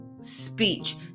speech